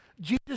Jesus